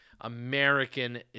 American